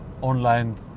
online